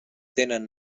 tenen